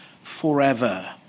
forever